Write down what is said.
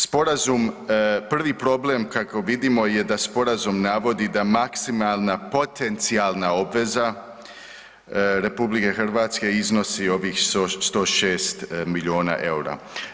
Sporazum, prvi problem kako vidimo je da sporazum navodi da maksimalna potencijalna obveza RH iznosi ovih 106 milijuna EUR-a.